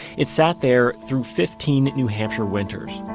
it sat there through fifteen new hampshire winters,